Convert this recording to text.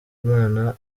imana